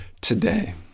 today